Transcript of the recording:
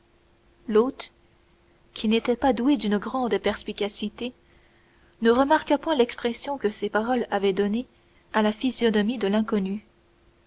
l'hôte qui n'était pas doué d'une grande perspicacité ne remarqua point l'expression que ses paroles avaient donnée à la physionomie de l'inconnu